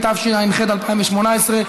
התשע"ח 2018,